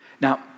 Now